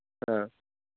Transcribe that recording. ஆ